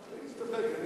אני מסתפק.